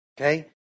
Okay